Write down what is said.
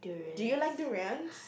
do you like durians